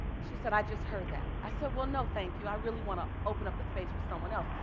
she said, i just heard that. i said, well, no, thank you. i really wanna open up the space for someone else,